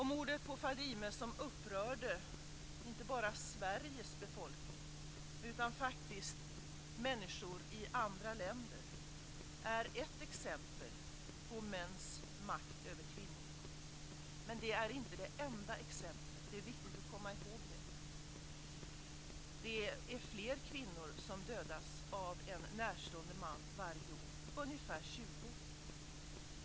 Mordet på Fadime, som upprörde inte bara Sveriges befolkning, utan även människor i andra länder är ett exempel på mäns makt över kvinnor. Men det är inte det enda exemplet - det är viktigt att komma ihåg det. Det finns fler kvinnor som dödas av en närstående man varje år - ungefär 20.